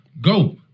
Go